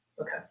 Okay